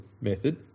method